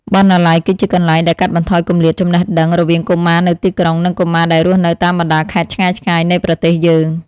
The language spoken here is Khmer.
បណ្ណាល័យ គឺជាកន្លែងដែលកាត់បន្ថយគម្លាតចំណេះដឹងរវាងកុមារនៅទីក្រុង និងកុមារដែលរស់នៅតាមបណ្តាខេត្តឆ្ងាយៗនៃប្រទេសយើង។